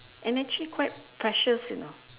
and actually quite precious you know